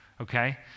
Okay